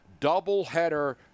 doubleheader